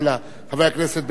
חברי הכנסת בן-סימון,